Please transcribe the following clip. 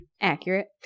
Accurate